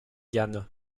ghana